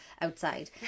outside